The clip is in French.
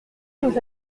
nous